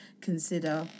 consider